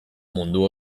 mundu